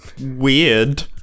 weird